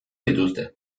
dituzte